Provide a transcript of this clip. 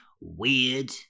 weird